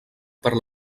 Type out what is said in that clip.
per